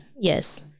yes